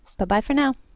but bye for now.